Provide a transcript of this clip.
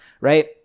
right